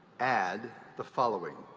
add the following